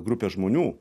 grupė žmonių